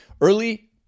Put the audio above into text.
Early